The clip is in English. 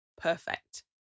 perfect